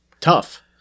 tough